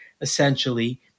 essentially